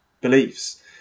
beliefs